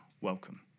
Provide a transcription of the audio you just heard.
welcome